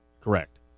Correct